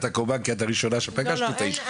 את הקורבן כי את הראשונה שפגשת את האיש,